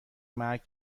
مرگ